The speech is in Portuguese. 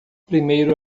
primeiro